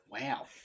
Wow